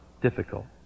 difficult